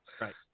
Right